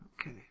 Okay